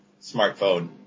smartphone